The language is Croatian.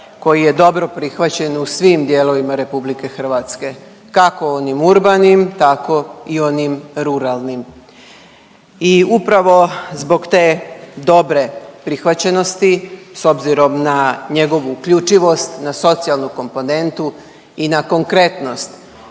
koji je dobro prihvaćen u svim dijelovima RH kako onim urbanim tako i onim ruralnim i upravo zbog te dobre prihvaćenosti s obzirom na njegovu uključivost, na socijalnu komponentu i na konkretnost